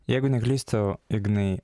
jeigu neklystu ignai